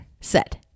Set